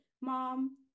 mom